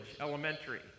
Elementary